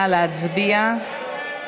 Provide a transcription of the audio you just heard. נא להצביע.